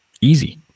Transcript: easy